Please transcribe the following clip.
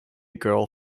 girl